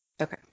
Okay